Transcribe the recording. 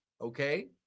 okay